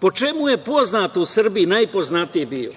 Po čemu je poznat u Srbiji i najpoznatiji BIRN?